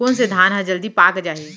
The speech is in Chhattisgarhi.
कोन से धान ह जलदी पाक जाही?